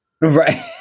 Right